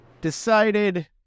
decided